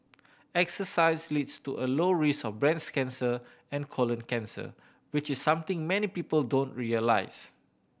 exercise leads to a low risk of breast cancer and colon cancer which is something many people don't realise